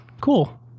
Cool